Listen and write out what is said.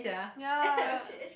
ya